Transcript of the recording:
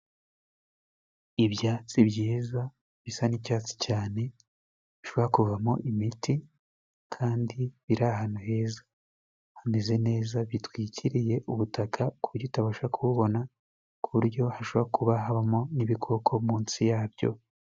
Ibyatsi byiza bisa n'icyatsi cyane bishobora kuvamo imiti kandi biri ahantu heza hameze neza. Bitwikiriye ubutaka ku buryo utabasha kububona, ku buryo hashobora kuba habamo n'ibikoko munsi yabyo.